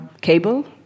cable